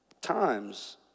times